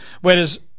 whereas